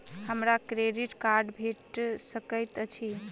हमरा credit card भेट सकैत अछि?